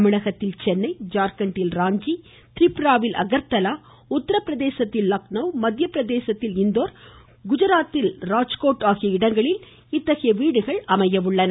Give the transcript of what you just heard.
தமிழகத்தில் சென்னை ஜார்கண்ட்டில் ராஞ்சி திரிபுராவில் அகர்தலா உத்தரப்பிரதேசத்தில் லக்னோ மத்தியபிரதேசத்தில் இந்தோர் குஜராத்தில் ராஜ்கோட் ஆகிய இடங்களில் இத்தகைய வீடுகள் கட்டப்பட உள்ளன